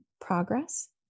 progress